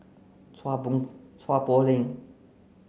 Chua Chua Poh Leng